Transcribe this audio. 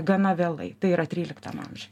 gana vėlai tai yra tryliktam amžiu